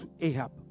Ahab